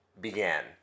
began